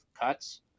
cuts